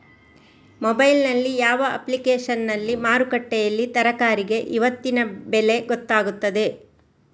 Mobile ನಲ್ಲಿ ಯಾವ ಅಪ್ಲಿಕೇಶನ್ನಲ್ಲಿ ಮಾರುಕಟ್ಟೆಯಲ್ಲಿ ತರಕಾರಿಗೆ ಇವತ್ತಿನ ಬೆಲೆ ಗೊತ್ತಾಗುತ್ತದೆ?